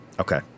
Okay